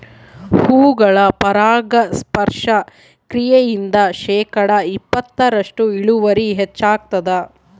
ಹೂಗಳ ಪರಾಗಸ್ಪರ್ಶ ಕ್ರಿಯೆಯಿಂದ ಶೇಕಡಾ ಇಪ್ಪತ್ತರಷ್ಟು ಇಳುವರಿ ಹೆಚ್ಚಾಗ್ತದ